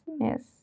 yes